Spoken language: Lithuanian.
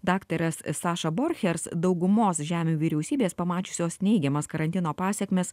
daktaras saša borchers daugumos žemių vyriausybės pamačiusios neigiamas karantino pasekmes